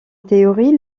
théorie